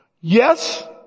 Yes